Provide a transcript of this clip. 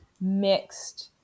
mixed